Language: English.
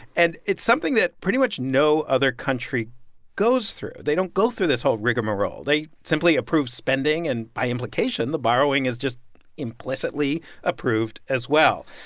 and it's something that pretty much no other country goes through. they don't go through this whole rigmarole. they simply approve spending and, by implication, the borrowing is just implicitly approved as well.